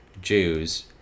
Jews